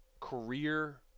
Career